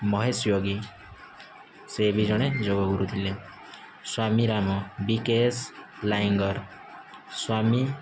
ମହେଶ୍ଵଗି ସେ ବି ଜଣେ ଯୋଗ ଗୁରୁ ଥିଲେ Swami Ram B K S Iyengar ସ୍ୱାମୀ